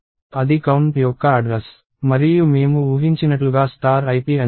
అది కౌంట్ యొక్క అడ్రస్ మరియు మేము ఊహించినట్లుగా ip అనేది 10